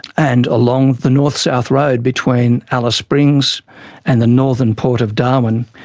and along the north-south road between alice springs and the northern port of darwin,